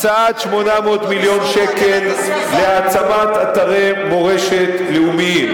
הקצאת 800 מיליון שקל להעצמת אתרי מורשת לאומיים,